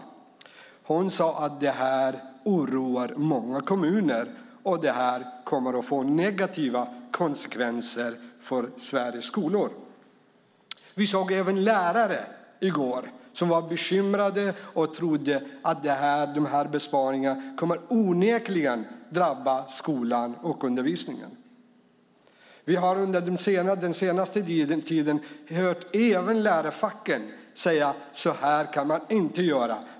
Ordföranden sade att detta oroar många kommuner och kommer att få negativa konsekvenser för Sveriges skolor. Vi såg även lärare i går som var bekymrade och sade att dessa besparingar onekligen kommer att drabba skolan och undervisningen. Vi har under den senaste tiden hört även lärarfacken säga att man inte kan göra så här.